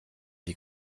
die